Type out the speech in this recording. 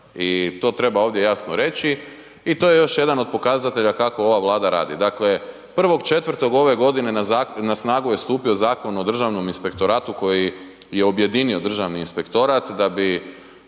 i to treba jasno reći i to je još jedan od pokazatelja kako ova Vlada radi. Dakle 1.4. ove godine na snagu je stupio Zakon o Državnim inspektoratu koji je objedinio Državni inspektorat, da bi,